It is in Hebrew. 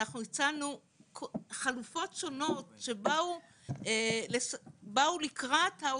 אנחנו הצענו חלופות שונות שבאו לקראת העותרים.